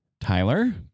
Tyler